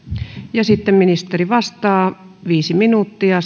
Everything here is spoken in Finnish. sitten ministeri vastaa viisi minuuttia